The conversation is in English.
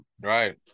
Right